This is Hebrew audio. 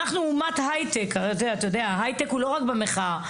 אנחנו אומת הייטק, הייטק הוא לא רק במחאה.